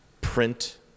print